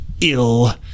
ill